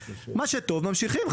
מה שטוב ממשיכים,